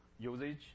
Usage